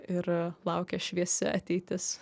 ir laukia šviesi ateitis